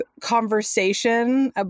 conversation